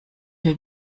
wir